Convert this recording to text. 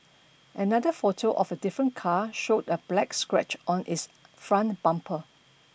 another photo of a different car showed a black scratch on its front bumper